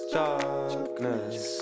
darkness